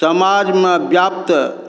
समाजमे व्याप्त